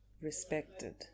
respected